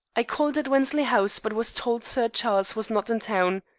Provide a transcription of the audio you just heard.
i called at wensley house, but was told sir charles was not in town.